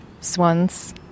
swans